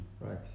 right